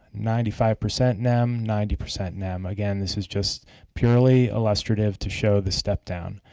ninety five percent nem, ninety percent nem. again, this is just purely illustrative to show the step down.